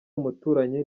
umuturanyi